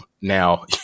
now